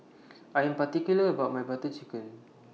I Am particular about My Butter Chicken